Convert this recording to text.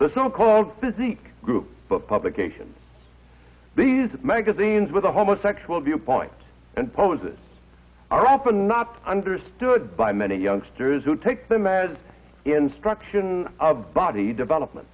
the so called physique group but publication these magazines with the homosexual viewpoint and poses are often not understood by many youngsters who take them as instruction of body development